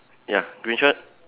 ya green shirt